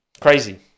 crazy